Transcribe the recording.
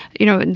you know, and